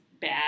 bad